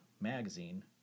magazine